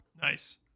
Nice